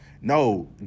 No